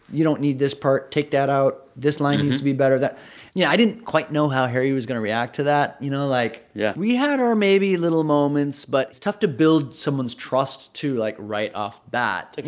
you don't need this part. take that out. this line needs to be better. yeah, i didn't quite know how harry was going to react to that. you know, like, yeah we had our, maybe, little moments, but it's tough to build someone's trust too like, right off bat. you